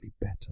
better